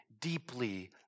deeply